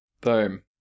Boom